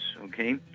okay